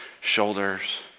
shoulders